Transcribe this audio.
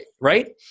right